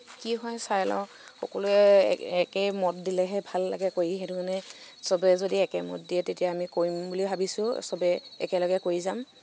কি হয় চাই লওঁ সকলোৱে একে মত দিলেহে ভাল লাগে কৰি সেইটো কাৰণে চবে যদি একে মত দিয়ে তেতিয়া আমি কৰিম বুলি ভাবিছো চবে একেলগে কৰি যাম